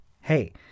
hey